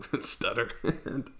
stutter